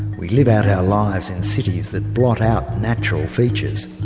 we live out our lives in cities that blot out natural features,